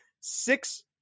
six